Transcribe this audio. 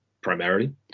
primarily